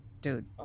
dude